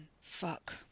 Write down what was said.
Fuck